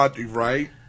Right